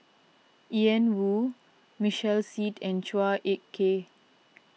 Ian Woo Michael Seet and Chua Ek Kay